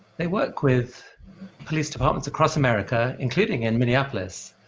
they work with police departments across america, including in minneapolis,